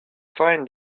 find